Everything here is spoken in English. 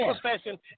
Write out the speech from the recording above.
profession